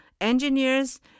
engineers